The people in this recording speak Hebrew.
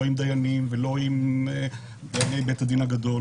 לא עם דיינים ולא עם דייני בית הדין הגדול